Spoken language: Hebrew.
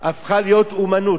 הפכה להיות אמנות.